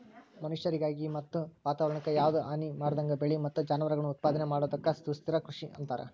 ಮನಷ್ಯಾರಿಗೆ ಮತ್ತ ವಾತವರಣಕ್ಕ ಯಾವದ ಹಾನಿಮಾಡದಂಗ ಬೆಳಿ ಮತ್ತ ಜಾನುವಾರಗಳನ್ನ ಉತ್ಪಾದನೆ ಮಾಡೋದಕ್ಕ ಸುಸ್ಥಿರ ಕೃಷಿ ಅಂತಾರ